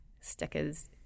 stickers